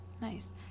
Nice